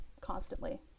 constantly